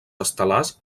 estel·lars